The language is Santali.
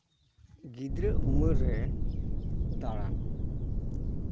ᱜᱤᱫᱽᱨᱟᱹ ᱩᱢᱮᱨ ᱨᱮ ᱫᱟᱬᱟᱱ